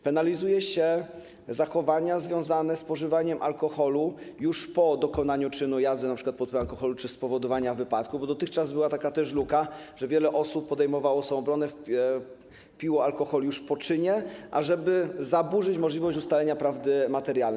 Penalizuje się zachowania związane ze spożywaniem alkoholu już po dokonaniu czynu jazdy np. pod wpływem alkoholu czy spowodowaniu wypadku, bo dotychczas była też taka luka, że wiele osób podejmowało samoobronę, piło alkohol już po czynie, ażeby zaburzyć możliwość ustalenia prawdy materialnej.